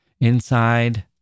Inside